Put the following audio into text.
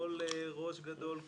כל ראש גדול,